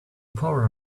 power